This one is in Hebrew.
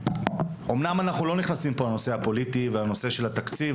אמנם אנחנו לא נכנסים פה לנושא הפוליטי ולנושא של התקציב,